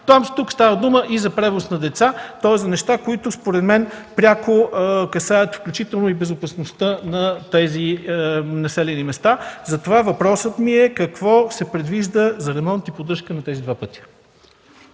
но тук става дума и за превоз на деца, тоест за неща, които според мен пряко касаят и безопасността на тези населени места. Затова въпросът ми е: какво се предвижда за ремонт и поддръжка на тези два пътя?